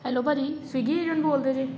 hello ਭਾਅ ਜੀ Swiggy agent ਬੋਲਦੇ ਜੇ